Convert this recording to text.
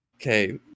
Okay